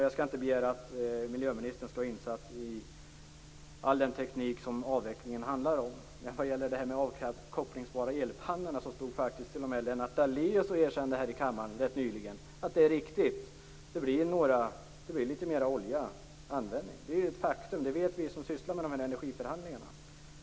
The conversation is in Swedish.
Jag skall inte begära att miljöministern skall vara insatt i all den teknik som avvecklingen handlar om, men vad gäller detta med de kopplingsbara elpannorna stod faktiskt t.o.m. Lennart Daléus här i kammaren rätt nyligen och erkände att det är riktigt att det blir litet mer oljeanvändning. Det är ett faktum, och det vet vi som sysslar med energiförhandlingarna.